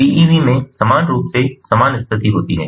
PEV में समान रूप से समान स्थिति होती है